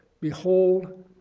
behold